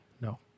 No